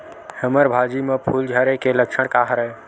हमर भाजी म फूल झारे के लक्षण का हरय?